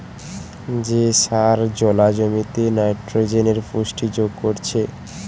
যে সার জোলা জমিতে নাইট্রোজেনের পুষ্টি যোগ করছে